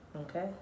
Okay